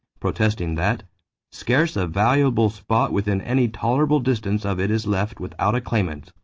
protesting that scarce a valuable spot within any tolerable distance of it is left without a claimant.